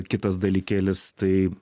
kitas dalykėlis tai